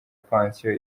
pansiyo